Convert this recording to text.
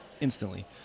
instantly